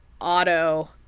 auto